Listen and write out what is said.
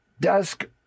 desk